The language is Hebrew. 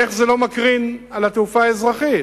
איך זה לא מקרין על התעופה האזרחית?